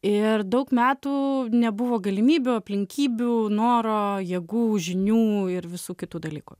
ir daug metų nebuvo galimybių aplinkybių noro jėgų žinių ir visų kitų dalykų